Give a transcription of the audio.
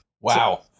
wow